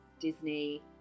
disney